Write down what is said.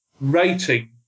Rating